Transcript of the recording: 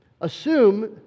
assume